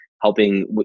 helping